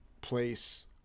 place